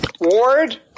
Ward